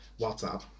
whatsapp